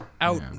out